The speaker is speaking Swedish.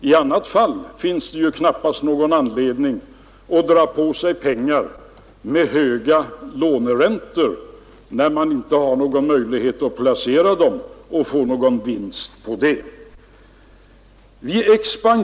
I annat fall finns det knappast anledning att dra på sig pengar med höga låneräntor, om man inte har några möjligheter att placera dem med vinst.